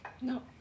No